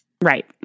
right